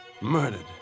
Murdered